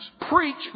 preach